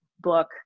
book